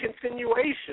continuation